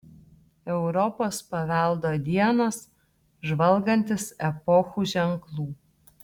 europos paveldo dienos žvalgantis epochų ženklų